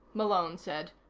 malone said,